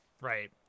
Right